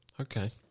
Okay